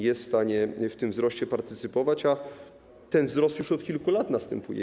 Jest w stanie w tym wzroście partycypować, a istotny wzrost już od kilku lat następuje.